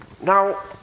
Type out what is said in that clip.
Now